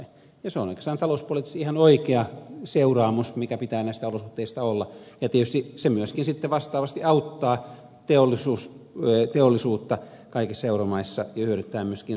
se on oikeastaan talouspoliittisesti ihan oikea seuraamus mikä pitää näistä olosuhteista olla ja tietysti se myöskin sitten vastaavasti auttaa teollisuutta kaikissa euromaissa ja hyödyttää myöskin suomea